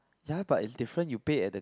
ya but is different you pay at the